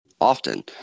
often